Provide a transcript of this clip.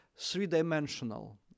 three-dimensional